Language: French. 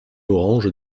orange